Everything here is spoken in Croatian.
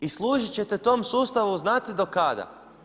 I služiti ćete tom sustavu znate do kada?